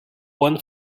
one